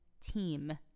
team